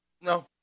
no